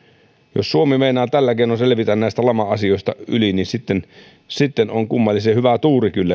jos suomi meinaa tällä keinoin selvitä yli näistä lama asioista niin sitten sitten on kyllä kummallisen hyvä tuuri